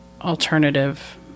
alternative